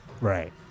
Right